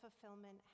fulfillment